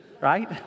right